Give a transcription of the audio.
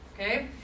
okay